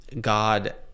God